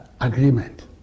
agreement